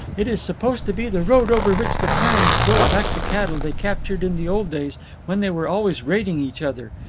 it is supposed to be the road over which the clans drove back the cattle they captured in the old days when they were always raiding each other.